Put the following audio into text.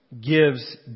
gives